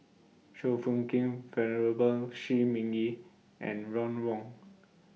Chua Phung Kim Venerable Shi Ming Yi and Ron Wong